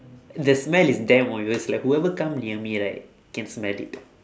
the smell is damn obvious like whoever come near me right can smell it